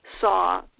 saw